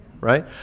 Right